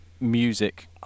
music